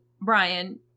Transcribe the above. Brian